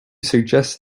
suggest